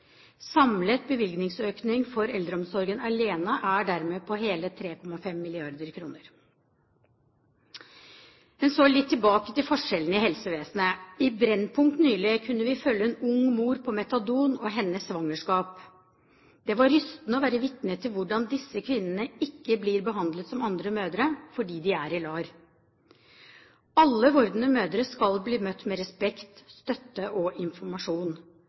Samlet bevilgningsøkning for eldreomsorgen alene er dermed på hele 3,5 mrd. kr. Men så litt tilbake til forskjellene i helsevesenet. I Brennpunkt nylig kunne vi følge en ung mor på metadon og hennes svangerskap. Det var rystende å være vitne til at disse kvinnene ikke blir behandlet som andre mødre fordi de er i LAR. Alle vordende mødre skal bli møtt med respekt, støtte og informasjon.